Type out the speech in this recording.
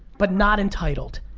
but not entitled,